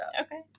Okay